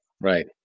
Right